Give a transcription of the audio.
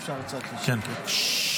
אפשר קצת שקט?